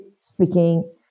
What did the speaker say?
speaking